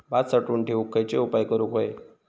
भात साठवून ठेवूक खयचे उपाय करूक व्हये?